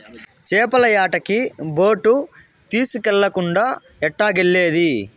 చేపల యాటకి బోటు తీస్కెళ్ళకుండా ఎట్టాగెల్లేది